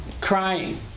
crying